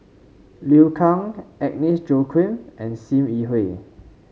Liu Kang Agnes Joaquim and Sim Yi Hui